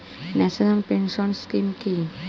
National pension scheme কি?